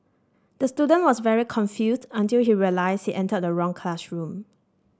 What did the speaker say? the student was very confused until he realised he entered the wrong classroom